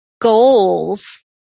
goals